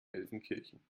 gelsenkirchen